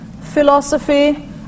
philosophy